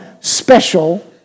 special